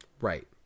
Right